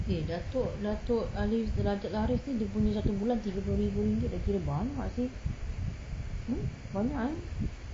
eh dato dato aliff dato aliff ni dia punya satu bulan tiga puluh ribu dah kira banyak seh hmm banyak eh